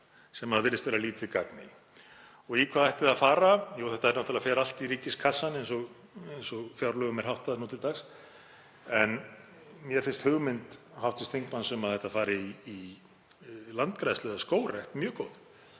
sem virðist vera lítið gagn í. Og í hvað ætti þetta að fara? Jú, það fer náttúrlega allt í ríkiskassann eins og fjárlögum er háttað nú til dags. Mér finnst hugmynd hv. þingmanns um að það fari í landgræðslu eða skógrækt mjög góð